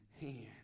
hand